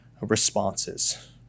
responses